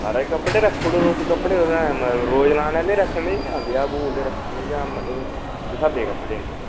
महाराज कपड़े रक्खुड़ो तुस कपड़े मतलब रोज लाने आह्ले रक्खने जां ब्याह् ब्यूह् आह्ले रक्खने जां मतलब किस स्हाबै दे कपड़े